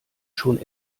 schon